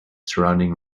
surrounding